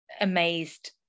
amazed